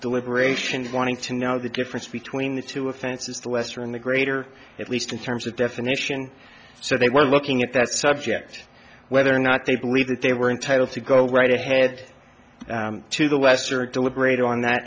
deliberations wanting to know the difference between the two offenses the western the greater at least in terms of definition so they were looking at that subject whether or not they believe that they were entitled to go right ahead to the west or deliberate on that